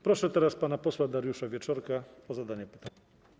Proszę teraz pana posła Dariusza Wieczorka o zadanie pytania.